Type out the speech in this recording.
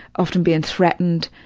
often being threatened,